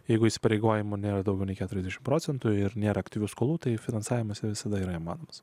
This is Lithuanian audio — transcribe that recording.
jeigu įsipareigojimų nėra daugiau nei keturiasdešim procentų ir nėra aktyvių skolų tai finansavimas visada yra įmanomas